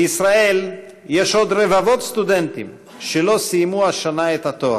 בישראל יש עוד רבבות סטודנטים שלא סיימו השנה את התואר.